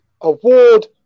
award